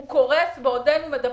הוא קורס בעודנו מדברים.